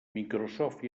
microsoft